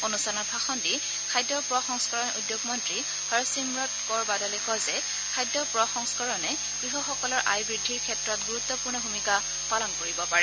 অনুষ্ঠানত ভাষণ দি খাদ্য প্ৰ সংস্কৰণ উদ্যোগ মন্ত্ৰী হৰচিমৰত কৌৰ বাদলে কয় যে খাদ্য প্ৰ সংস্থৰণে কৃষকসকলৰ আয় বুদ্ধিৰ ক্ষেত্ৰত গুৰুত্পূৰ্ণ ভূমিকা পালন কৰিব পাৰে